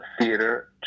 theater